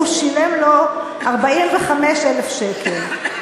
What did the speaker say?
הוא שילם לו 45,000 שקל,